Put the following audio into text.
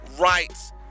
rights